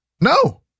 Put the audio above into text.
no